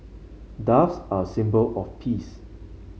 doves are a symbol of peace